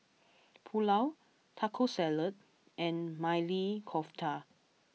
Pulao Taco Salad and Maili Kofta